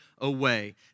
away